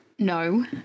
No